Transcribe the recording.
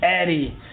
Eddie